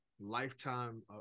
lifetime